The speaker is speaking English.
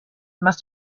must